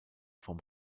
vom